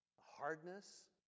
hardness